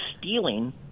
stealing